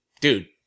dude